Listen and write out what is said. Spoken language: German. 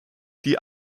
die